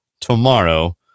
tomorrow